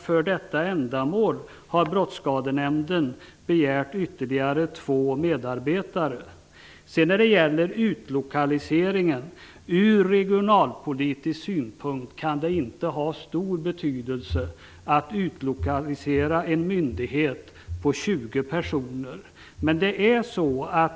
För detta ändamål har Brottsskadenämnden begärt ytterligare två medarbetare. När det gäller utlokaliseringen kan det från regionalpolitisk synpunkt inte ha någon stor betydelse om en myndighet med 20 personer utlokaliseras.